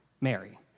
Mary